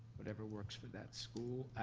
whatever works for that school.